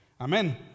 Amen